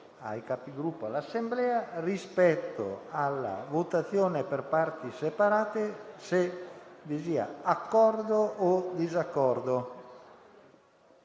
ai Capigruppo e all'Assemblea, rispetto alla votazione per parti separate, se vi sia accordo o disaccordo.